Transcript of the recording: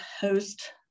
host